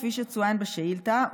כפי שצוין בשאילתה,